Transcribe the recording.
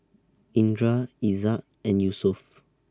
Indra Izzat and Yusuf